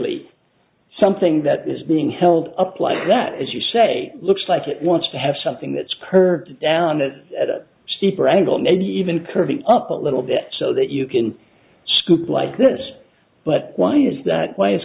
leap something that is being held up like that as you say looks like it wants to have something that spurred down it at a cheaper angle maybe even curvy up a little bit so that you can scoop like this but why is that why is